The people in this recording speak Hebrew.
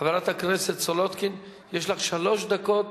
חברת הכנסת סולודקין, יש לך שלוש דקות